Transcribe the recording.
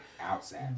outside